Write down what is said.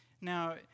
Now